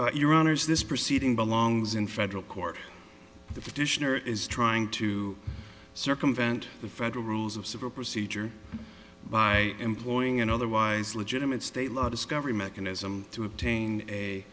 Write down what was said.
your honour's this proceeding belongs in federal court the petitioner is trying to circumvent the federal rules of civil procedure by employing an otherwise legitimate state law discovery mechanism to obtain a